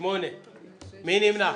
מי נמנע?